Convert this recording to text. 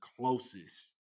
closest